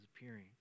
appearing